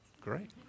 Great